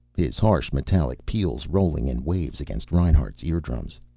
his harsh, metallic peals rolling in waves against reinhart's eardrums.